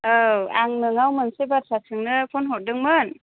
औ आं नोंनाव मोनसे बाथ्रा सोंनो फन हरदोंमोन